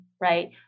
right